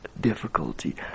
difficulty